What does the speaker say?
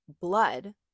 blood